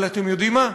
אבל אתם יודעים מה?